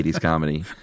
comedy